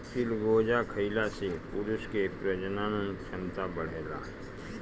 चिलगोजा खइला से पुरुष के प्रजनन क्षमता बढ़ेला